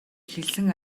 хэлсэн